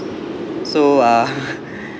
so uh